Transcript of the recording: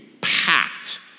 packed